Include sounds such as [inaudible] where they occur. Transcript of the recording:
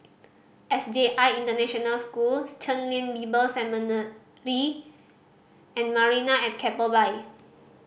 S J I International Schools Chen Lien Bible Seminary [unintelligible] and Marina at Keppel Bay